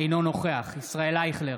אינו נוכח ישראל אייכלר,